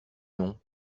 non